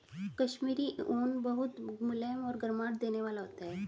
कश्मीरी ऊन बहुत मुलायम और गर्माहट देने वाला होता है